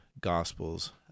gospels